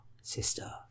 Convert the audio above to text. sister